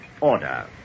Order